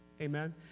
Amen